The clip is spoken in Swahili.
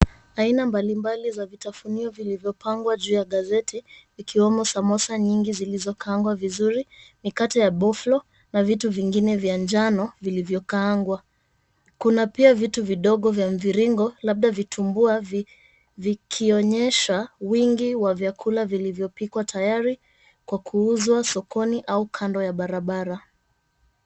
Aina mbalimbali za vitafunio vilivyopangwa juu ya gazeti ikiwemo samosa nyingi zilizokaangwa vizuri, mikate ya boflo na vitu vingine vya njano vilivyokaangwa. Kuna pia vitu vidogo vya mviringo labda vitumbua vikionyesha wingi wa vyakula vilivyopikwa tayari kwa kuuzwa sokoni au kando ya barabara.